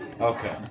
Okay